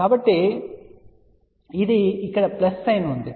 కాబట్టి ఇది ఇక్కడ ప్లస్ సైన్ ఉంది